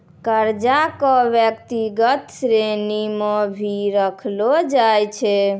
कर्जा क व्यक्तिगत श्रेणी म भी रखलो जाय छै